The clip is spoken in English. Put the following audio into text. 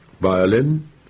violin